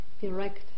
direct